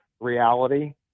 reality